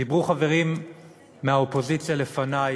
דיברו חברים מהאופוזיציה לפני,